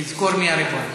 תזכור מי הריבון.